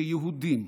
כיהודים,